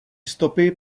stopy